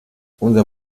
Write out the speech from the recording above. unser